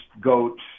goats